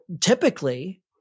typically